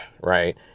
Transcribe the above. right